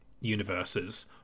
universes